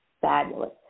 fabulous